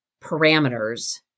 parameters